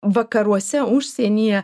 vakaruose užsienyje